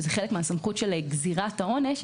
שהיא חלק מהסמכות של גזירת העונש,